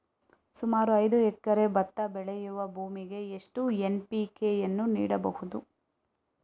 ಸುಮಾರು ಐದು ಎಕರೆ ಭತ್ತ ಬೆಳೆಯುವ ಭೂಮಿಗೆ ಎಷ್ಟು ಎನ್.ಪಿ.ಕೆ ಯನ್ನು ನೀಡಬಹುದು?